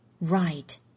Right